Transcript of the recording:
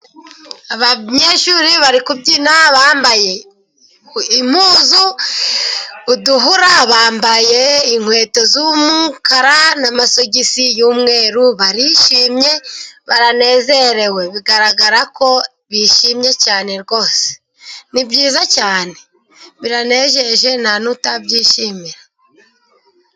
Abanyeshuri bari kubyina bambaye impuzu, uduhura bambaye inkweto z'umukara n' amasogisi y'umweru, barishimye baranezerewe bigaragara ko bishimye cyane rwose ni byiza cyane biranejeje ntawutabyishimira.